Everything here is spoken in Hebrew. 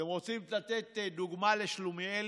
אתם רוצים לתת דוגמה לשלומיאליות?